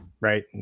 right